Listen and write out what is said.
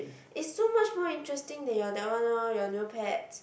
is so much more interesting than your that one lor your Neopets